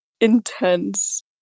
intense